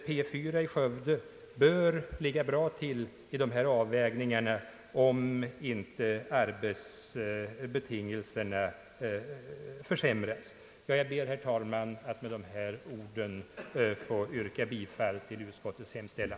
P 4 i Skövde bör ligga bra till i dessa avvägningar, om inte arbetsbetingelserna försämras. Jag ber, herr talman, att med dessa ord få yrka bifall till utskottets hemställan.